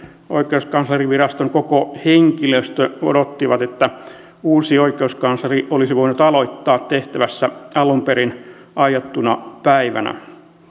oikeuskanslerinviraston koko henkilöstö odotti että uusi oikeuskansleri olisi voinut aloittaa tehtävässä alun perin aiottuna päivänä